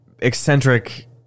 eccentric